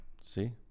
See